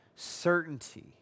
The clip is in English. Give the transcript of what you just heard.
certainty